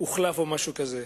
הוחלף או משהו כזה.